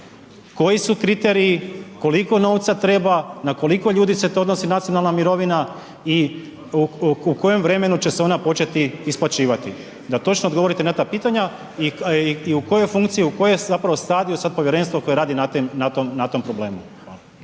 koji su kriteriji, koliko novca treba, na koliko ljudi se to odnosi nacionalna mirovina i u kojem vremenu će se ona početi isplaćivati, da točno odgovorite na ta pitanja i u kojoj funkciji, u kojem zapravo stadiju sad povjerenstvo koje radi na tom problemu?